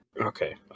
okay